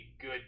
good